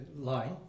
line